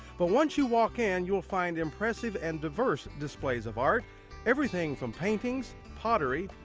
but once you walk in, you'll find impressive and diverse displays of art everything from paintings, pottery,